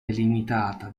limitata